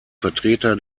vertreter